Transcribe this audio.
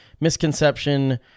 misconception